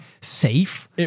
safe